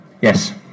Yes